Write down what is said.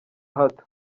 hato